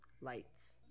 lights